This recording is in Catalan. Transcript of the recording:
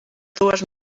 dues